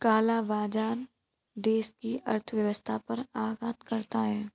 काला बाजार देश की अर्थव्यवस्था पर आघात करता है